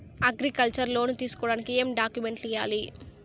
Agriculture loan తీసుకోడానికి ఏం డాక్యుమెంట్లు ఇయ్యాలి?